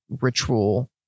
ritual